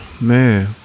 Man